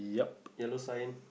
yellow sign